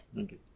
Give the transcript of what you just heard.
Okay